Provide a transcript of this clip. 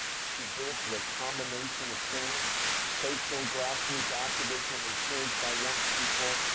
she did it through a combination of things, social, grassroots activism encouraged by young people,